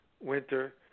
winter